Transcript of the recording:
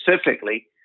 specifically